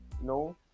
no